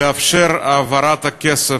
לאפשר העברת הכסף,